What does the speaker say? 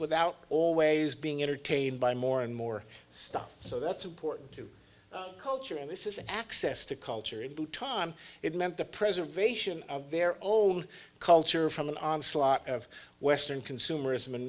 without always being entertained by more and more stuff so that's important to culture and this isn't access to culture and to time it meant the preservation of their own culture from an onslaught of western consumerism and